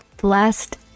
blessed